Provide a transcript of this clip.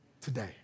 Today